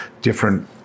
different